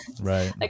right